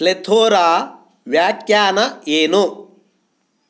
plethora ವ್ಯಾಖ್ಯಾನ ಏನು